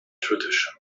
tradition